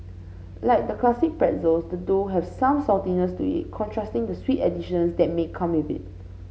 like the classic pretzels the dough has some saltiness to it contrasting the sweet additions that may come with it